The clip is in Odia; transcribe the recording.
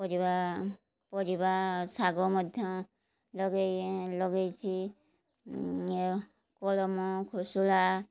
ପରିବା ପରିବା ଶାଗ ମଧ୍ୟ ଲଗାଇ ଲଗାଇଛି କଳମ କୋଶଳା